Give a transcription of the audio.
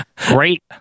Great